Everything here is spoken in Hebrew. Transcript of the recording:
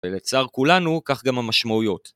ולצער כולנו, כך גם המשמעויות.